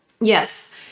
Yes